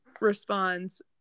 responds